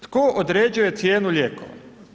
Tko određuje cijenu lijekova?